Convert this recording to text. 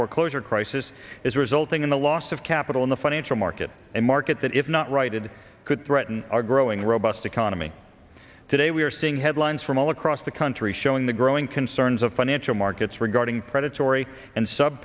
foreclosure crisis is resulting in the loss of capital in the financial market a market that if not righted could threaten our growing robust economy today we are seeing headlines from all across the country showing the growing concerns of financial markets regarding predatory and sub